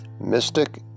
mystic